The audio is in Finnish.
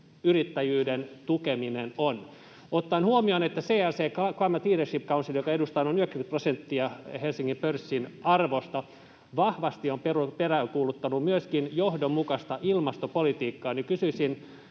yrittäjyyden tukeminen on. Ottaen huomioon, että CLC, Climate Leadership Council, joka edustaa noin 90 prosenttia Helsingin pörssin arvosta, on vahvasti peräänkuuluttanut myöskin johdonmukaista ilmastopolitiikkaa,